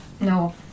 no